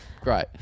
Great